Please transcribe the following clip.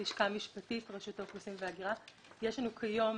כיום